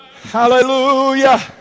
Hallelujah